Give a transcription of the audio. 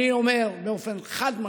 אני אומר באופן חד-משמעי: